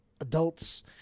adults